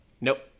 Nope